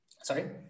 Sorry